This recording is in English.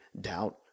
doubt